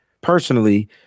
personally